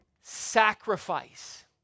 Sacrifice